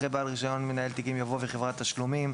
אחרי "בעל רישיון מנהל תיקים" יבוא "וחברת תשלומים".